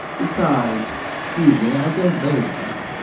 besides excuse me i don't know that.